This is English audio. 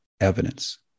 evidence